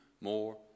more